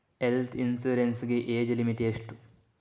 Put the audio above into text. Health insurance ಗೆ age limit ಎಷ್ಟು?